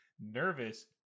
nervous